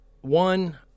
one